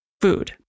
food